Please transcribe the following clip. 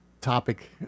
topic